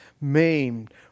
maimed